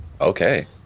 okay